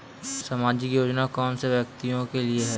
सामाजिक योजना कौन से व्यक्तियों के लिए होती है?